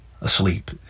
asleep